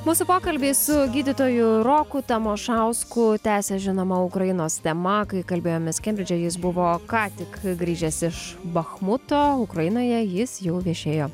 mūsų pokalbį su gydytoju roku tamošausku tęsia žinoma ukrainos tema kai kalbėjomės kembridže jis buvo ką tik grįžęs iš bachmuto ukrainoje jis jau viešėjo